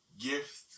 Gift